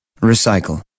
Recycle